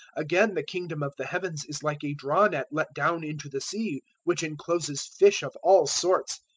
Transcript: again the kingdom of the heavens is like a draw-net let down into the sea, which encloses fish of all sorts.